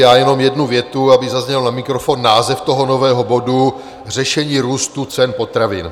Já jenom jednu větu, aby zazněl na mikrofon název toho nového bodu Řešení růstu cen potravin.